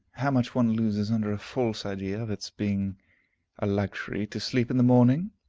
how much one loses under a false idea of its being a luxury to sleep in the morning!